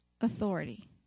authority